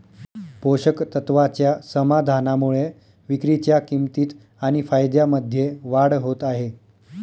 पोषक तत्वाच्या समाधानामुळे विक्रीच्या किंमतीत आणि फायद्यामध्ये वाढ होत आहे